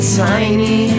tiny